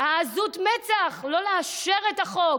עזות המצח שלא לאשר את החוק,